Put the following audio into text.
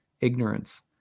ignorance